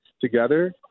together